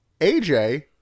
AJ